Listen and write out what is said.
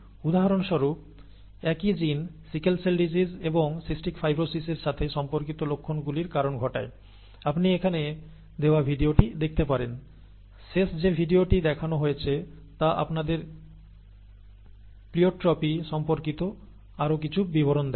উদাহরণস্বরূপ একই gene sickle cell disease এবং সিস্টিক ফাইব্রোসিসের সাথে সম্পর্কিত লক্ষণগুলির কারণ ঘটায় আপনি এখানে দেওয়া ভিডিওটি দেখতে পারেন শেষ যে ভিডিওটি দেখানো হয়েছে তা আপনাদের প্লিওট্রপি সম্পর্কিত আরও কিছু বিবরণ দেয়